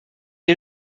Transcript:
est